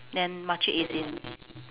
then makcik is in